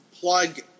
plug